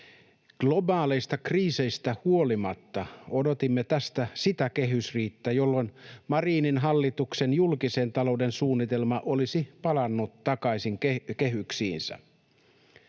Globaaleista kriiseistä huolimatta odotimme tästä sitä kehysriihtä, jolloin Marinin hallituksen julkisen talouden suunnitelma olisi palannut takaisin kehyksiinsä.